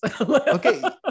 Okay